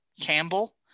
Campbell